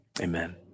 amen